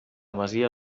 masia